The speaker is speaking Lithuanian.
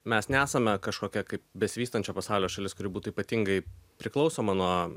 mes nesame kažkokia kaip besivystančio pasaulio šalis kuri būtų ypatingai priklausoma nuo